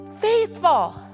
faithful